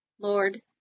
Lord